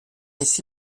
ici